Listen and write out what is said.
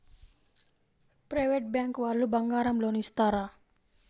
Private bank వాళ్ళు బంగారం loan ఇస్తారా?